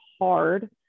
hard